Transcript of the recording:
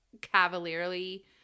cavalierly